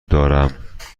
دارم